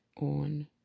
on